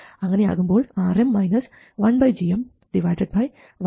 അങ്ങനെയാകുമ്പോൾ Rm 1 എന്നു ലഭിക്കും